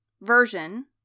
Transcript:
version